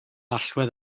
allwedd